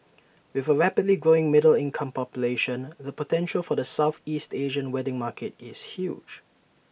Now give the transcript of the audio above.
with A rapidly growing middle income population the potential for the Southeast Asian wedding market is huge